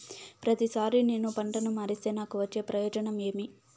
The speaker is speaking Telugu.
ప్రతిసారి నేను పంటను మారిస్తే నాకు వచ్చే ప్రయోజనం ఏమి?